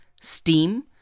steam